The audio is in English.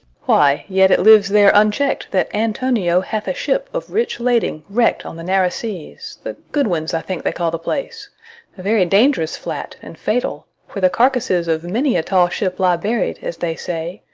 why, yet it lives there unchecked that antonio hath a ship of rich lading wrack'd on the narrow seas the goodwins, i think they call the place, a very dangerous flat and fatal, where the carcasses of many a tall ship lie buried, as they say,